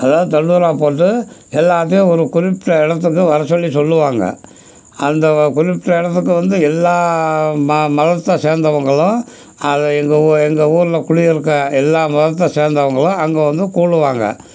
அதாவது தண்டோரா போட்டு எல்லாத்தையும் ஒரு குறிப்பிட்ட இடத்துக்கு வர்ற சொல்லி சொல்லுவாங்க அந்த குறிப்பிட்ட இடத்துக்கு வந்து எல்லா ம மதத்தை சேர்ந்தவங்களும் அதை எங்கள் ஊ எங்கள் ஊரில் குடியிருக்க எல்லா மதத்தை சேர்ந்தவங்களும் அங்கே வந்து கூடுவாங்க